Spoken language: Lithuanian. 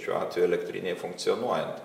šiuo atveju elektrinei funkcionuojant